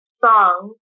song